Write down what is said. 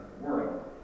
world